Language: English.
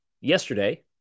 yesterday